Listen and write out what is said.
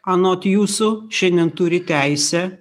anot jūsų šiandien turi teisę